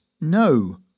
No